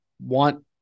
want